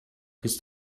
ist